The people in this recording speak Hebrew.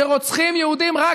שרוצחים יהודים רק,